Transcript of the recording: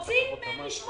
כל אחד וניסוחו.